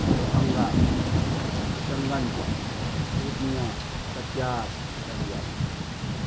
Darbhanga Kishanganj Purnia Katihar Araria